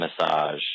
massage